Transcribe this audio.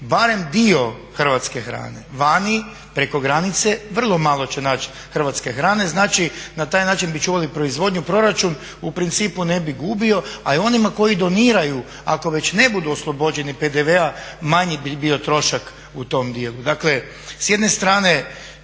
barem dio hrvatske hrane, vani preko granice vrlo malo će naći hrvatske hrane. Znači na taj način bi čuvali proizvodnju, proračun, u principu ne bi gubio a onima koji doniraju ako već ne budu oslobođeni PDV-a manji bi bio trošak u tom djelu. Dakle, s jedne strane